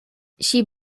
she